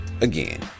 Again